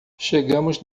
chegamos